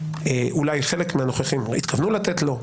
שאולי חלק מן הנוכחים התכוונו לתת לו,